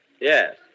Yes